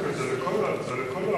זה לכל הערוצים.